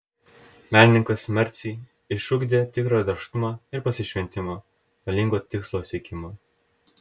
menininkas marcei išugdė tikrą darbštumą ir pasišventimą valingą tikslo siekimą